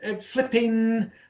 flipping